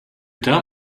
tell